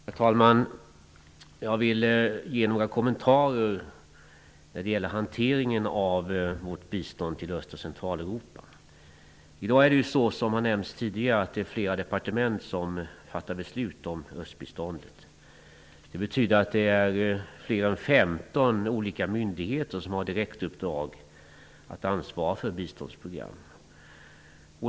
Herr talman! Jag vill ge några kommentarer när det gäller hanteringen av vårt bistånd till Öst och Som har nämnts tidigare är det i dag flera departement som fattar beslut om östbiståndet. Det betyder att fler än 15 olika myndigheter direkt har i uppdrag att ansvara för biståndsprogram.